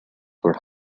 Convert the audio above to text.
were